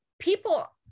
people